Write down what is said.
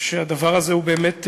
שהדבר הזה באמת,